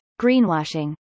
greenwashing